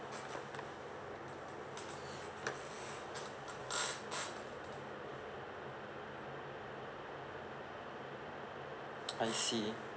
I see